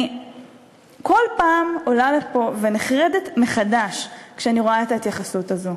אני כל פעם עולה לפה ונחרדת מחדש כשאני רואה את ההתייחסות הזאת,